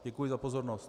Děkuji za pozornost.